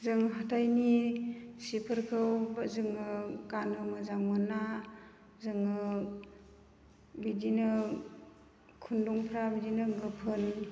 जों हाथायनि सिफोरखौ जोङो गाननो मोजां मोना जोङो बिदिनो खुन्दुंफ्रा बिदिनो गोफोन